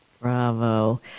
Bravo